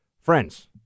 Friends